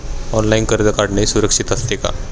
Online कर्ज काढणे सुरक्षित असते का?